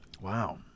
Wow